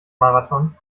marathon